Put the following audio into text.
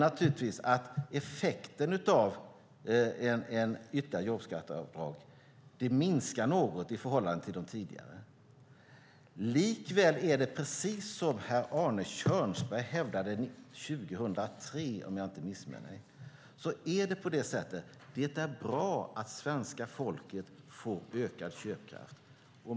Naturligtvis minskar effekten något av ett ytterligare jobbskatteavdrag i förhållande till de tidigare. Likväl är det bra, precis som herr Arne Kjörnsberg hävdade 2003 om jag inte missminner mig, att svenska folket får ökad köpkraft.